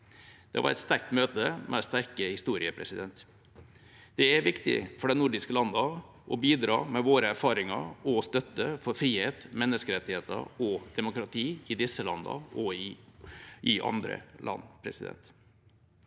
Det var et sterkt møte med sterke historier. Det er viktig for oss i de nordiske landene å bidra med våre erfaringer og vår støtte for frihet, menneskerettigheter og demokrati i disse landene og i andre land. Norden